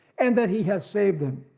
and that he has saved them.